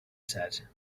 said